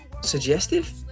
suggestive